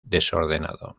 desordenado